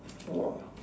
!wah!